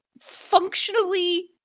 functionally